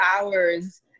hours